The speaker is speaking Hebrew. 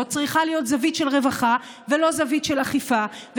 צריכה להיות זווית של רווחה ולא זווית של אכיפה.